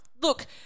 Look